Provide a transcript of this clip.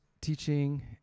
teaching